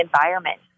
environment